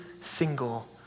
single